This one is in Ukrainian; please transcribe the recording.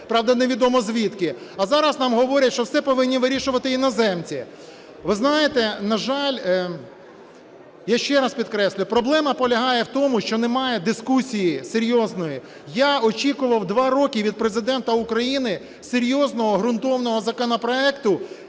правда, невідомо звідки, а зараз нам говорять, що все повинні вирішувати іноземці. Ви знаєте, на жаль, я ще раз підкреслю, проблема полягає в тому, що немає дискусії серйозної. Я очікував два роки від Президента України серйозного ґрунтовного законопроекту,